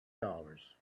dollars